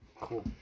Cool